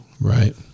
Right